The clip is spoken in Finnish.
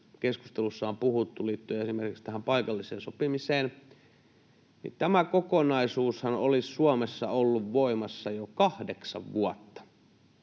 keskustelussa on puhuttu, liittyen esimerkiksi tähän paikalliseen sopimiseen olisi Suomessa ollut voimassa jo kahdeksan vuotta